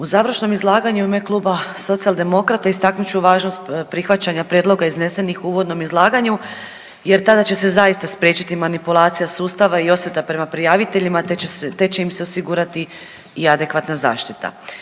U završnom izlaganju u ime Kluba Socijaldemokrata istaknut ću važnost prihvaćanja prijedloga iznesenih u uvodnom izlaganju jer tada će se zaista spriječiti manipulacija sustava i osveta prema prijaviteljima, te će im se osigurati i adekvatna zaštita.